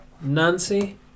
Nancy